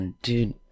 Dude